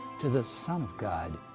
to the son of god